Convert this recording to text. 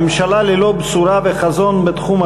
ממשלה ללא בשורה וחזון בתחום החברתי,